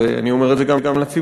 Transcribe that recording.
ואני אומר את זה גם לציבור,